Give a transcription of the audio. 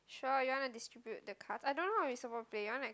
sure you wanna distribute the card I don't know how we suppose to play you wanna